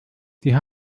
die